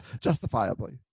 justifiably